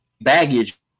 baggage